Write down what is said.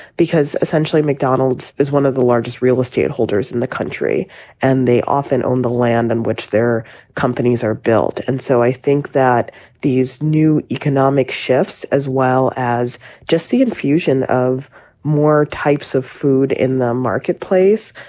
because essentially mcdonald's is one of the largest real estate holders in the country and they often own the land in which their companies are built. and so i think that these new economic shifts, as well as just the infusion of more types of food in the marketplace,